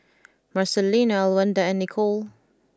Marcelino Elwanda and Nicolle